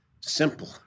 simple